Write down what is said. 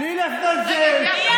בלי לזלזל,